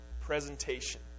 presentation